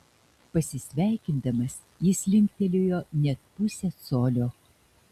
pasisveikindamas jis linktelėjo net pusę colio